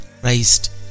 Christ